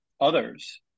others